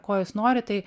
ko jis nori tai